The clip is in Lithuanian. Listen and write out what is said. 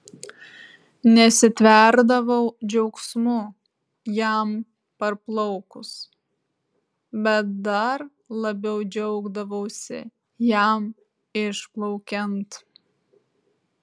nesitverdavau džiaugsmu jam parplaukus bet dar labiau džiaugdavausi jam išplaukiant